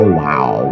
wow